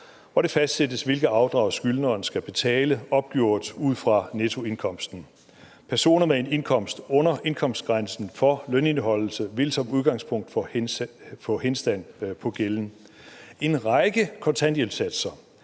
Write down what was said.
og de fastsætter, hvilke afdrag skyldneren skal betale opgjort ud fra nettoindkomsten. Personer med en indkomst under indkomstgrænsen for lønindeholdelse vil som udgangspunkt få henstand med gælden. En række kontanthjælpssatser